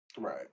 right